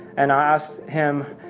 and i asked him,